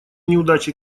неудачи